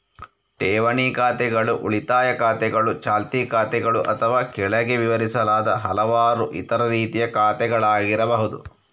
ಠೇವಣಿ ಖಾತೆಗಳು ಉಳಿತಾಯ ಖಾತೆಗಳು, ಚಾಲ್ತಿ ಖಾತೆಗಳು ಅಥವಾ ಕೆಳಗೆ ವಿವರಿಸಲಾದ ಹಲವಾರು ಇತರ ರೀತಿಯ ಖಾತೆಗಳಾಗಿರಬಹುದು